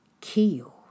kill